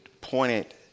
pointed